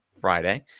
Friday